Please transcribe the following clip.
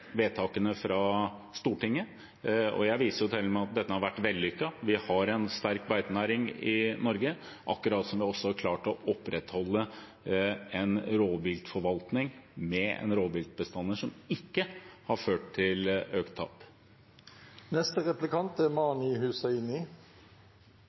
vedtakene fra Stortinget. Jeg viser til at det har vært vellykket. Vi har en sterk beitenæring i Norge, akkurat som vi også har klart å opprettholde en rovviltforvaltning med rovviltbestander som ikke har ført til økt